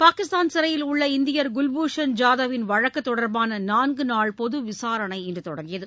பாகிஸ்தான் சிறையில் உள்ள இந்தியர் குல்பூஷன் ஜாதவின் வழக்கு தொடர்பான நான்கு நாள் பொது விசாரணை இன்று தொடங்கியது